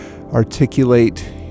articulate